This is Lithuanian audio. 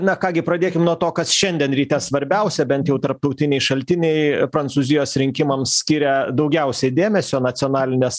na ką gi pradėkim nuo to kas šiandien ryte svarbiausia bent jau tarptautiniai šaltiniai prancūzijos rinkimams skiria daugiausiai dėmesio nacionalines